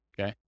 okay